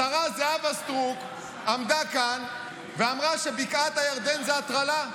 השרה זהבה סטרוק עמדה כאן ואמרה שבקעת הירדן זה הטרלה.